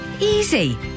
Easy